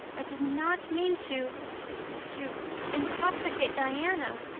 i did not mean to to intoxicate diana.